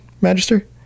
Magister